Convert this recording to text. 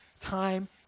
time